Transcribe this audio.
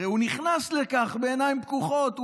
הרי הוא נכנס לכך בעיניים פקוחות.